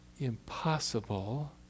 impossible